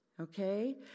Okay